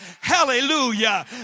hallelujah